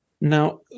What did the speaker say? now